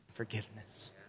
Forgiveness